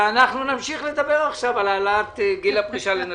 נמשיך לדבר על העלאת שיל הפרישה לנשים.